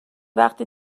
وقتی